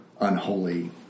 unholy